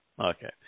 Okay